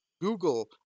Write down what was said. Google